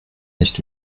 nicht